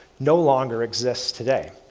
no longer exists today.